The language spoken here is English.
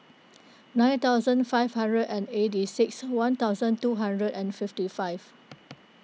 nine thousand five hundred and eighty six one thousand two hundred and fifty five